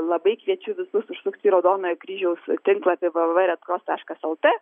labai kviečiu visus užsukti į raudonojo kryžiaus tinklapį v v v red cross taškas lt